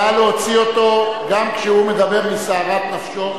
נא להוציא אותו, גם כשהוא מדבר מסערת נפשו.